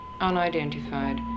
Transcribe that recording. Unidentified